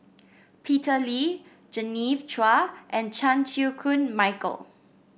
Peter Lee Genevieve Chua and Chan Chew Koon Michael